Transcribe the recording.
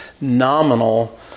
nominal